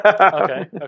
okay